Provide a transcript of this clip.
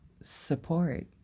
support